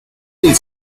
del